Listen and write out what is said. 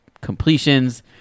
completions